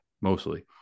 mostly